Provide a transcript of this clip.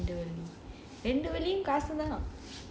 yes என் கைலயும் காசு இல்லனா:en kailayum kaasu illanaa